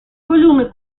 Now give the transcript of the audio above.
volume